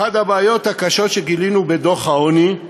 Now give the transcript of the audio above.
אחת הבעיות הקשות שגילינו בדוח העוני היא